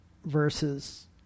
Verses